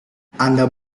anda